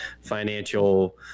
financial